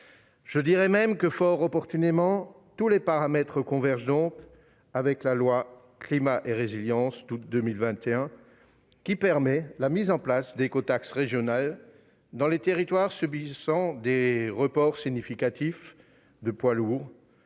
Je dirais même que, fort opportunément, tous les paramètres convergent donc avec la loi Climat et résilience d'août 2021 qui permet la mise en place d'écotaxes régionales dans les territoires subissant des reports significatifs de circulation